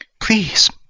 Please